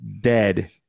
dead